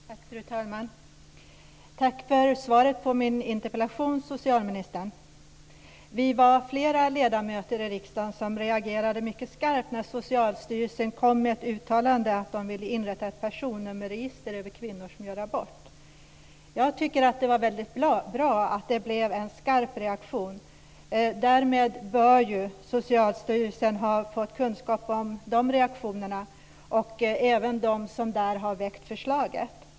Fru talman! Tack för svaret på min interpellation, socialministern. Vi var flera ledamöter i riksdagen som reagerade mycket skarpt när Socialstyrelsen kom med ett uttalande om att den vill inrätta ett personnummerregister över kvinnor som gör abort. Jag tycker att det var väldigt bra att det blev en skarp reaktion. Därmed bör ju Socialstyrelsen ha fått kunskap om de reaktionerna, och det gäller även dem som har väckt förslaget.